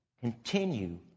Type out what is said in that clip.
Continue